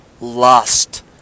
lust